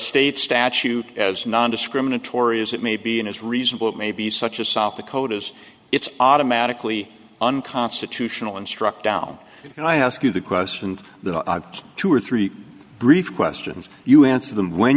state statute as nondiscriminatory as it may be and is reasonable it may be such a sop the code is it's automatically unconstitutional and struck down and i ask you the question that two or three brief questions you answer them when